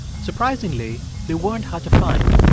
surprisingly, they weren't hard to find,